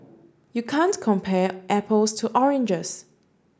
you can't compare apples to oranges